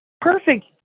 Perfect